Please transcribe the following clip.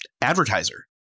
advertiser